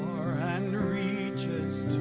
and reaches